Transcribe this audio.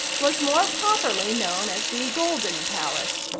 was more properly known as the golden palace.